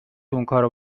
اونکارو